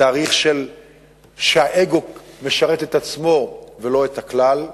תהליך שהאגו משרת את עצמו ולא את הכלל,